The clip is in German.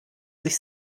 sich